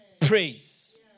praise